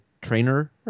trainer